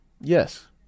yes